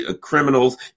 criminals